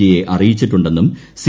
G യെ അറിയിച്ചിട്ടുണ്ടെന്നും C